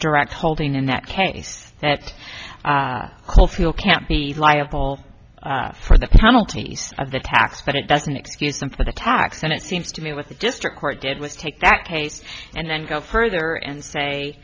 direct holding in that case that whole field can't be liable for the penalties of the tax but it doesn't excuse them for the tax and it seems to me with the district court did was take that case and then go further and say